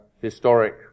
historic